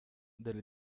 delle